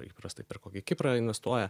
įprastai per kokį kiprą investuoja